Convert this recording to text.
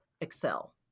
Excel